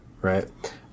Right